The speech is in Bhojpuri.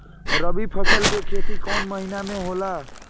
रवि फसल के खेती कवना महीना में होला?